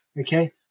okay